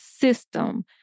system